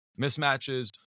mismatches